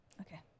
Okay